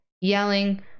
yelling